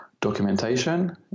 Documentation